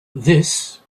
this